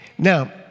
Now